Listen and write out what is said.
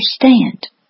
understand